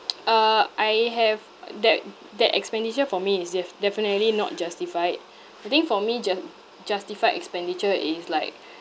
uh I have uh that that expenditure for me is def~ definitely not justified I think for me ju~ justified expenditure is like